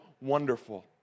wonderful